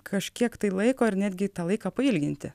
kažkiek laiko ar netgi tą laiką pailginti